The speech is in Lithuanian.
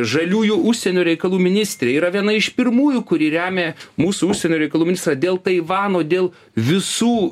žaliųjų užsienio reikalų ministrė yra viena iš pirmųjų kuri remia mūsų užsienio reikalų ministrą dėl taivano dėl visų